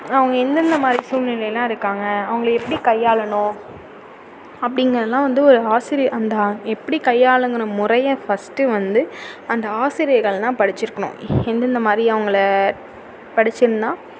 அவங்க எந்தெந்த மாதிரி சூல்நிலையிலலாம் இருக்காங்க அவங்களை எப்படி கையாளணும் அப்டிங்கிறதுலாம் வந்து ஒரு ஆசிரியர் அந்த எப்படி கையாளணும்கிற முறைய ஃபஸ்ட்டு வந்து அந்த ஆசிரியர்கள் தான் படித்திருக்கணும் எந்தெந்த மாதிரி அவங்களை படித்திருந்தா